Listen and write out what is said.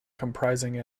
comprising